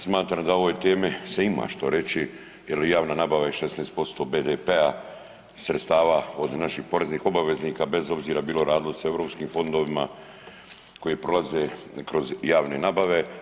Smatram da o ovoj temi se ima što reći, jer javna nabava je 16% BDP-a sredstava od naših poreznih obveznika bez obzira bilo se radilo o europskim fondovima koji prolaze kroz javne nabave.